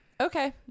Okay